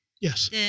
Yes